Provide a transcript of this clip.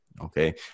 Okay